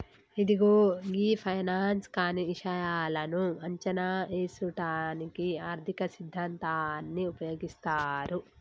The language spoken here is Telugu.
ఇదిగో గీ ఫైనాన్స్ కానీ ఇషాయాలను అంచనా ఏసుటానికి ఆర్థిక సిద్ధాంతాన్ని ఉపయోగిస్తారు